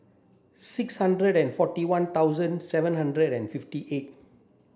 six hundred and forty one thousand seven hundred and fifty eight